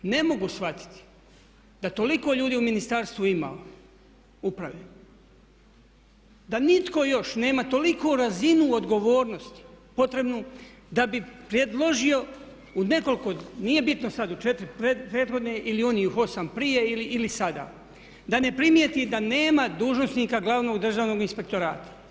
Ne mogu shvatiti da toliko ljudi u ministarstvu ima, uprave da nitko još nema toliku razinu odgovornosti potrebnu da bi predložio u nekoliko, nije bitno sad u četiri prethodne ili onih osam prije ili sada, da ne primijeti da nema dužnosnika glavnog državnog inspektorata.